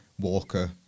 Walker